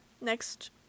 next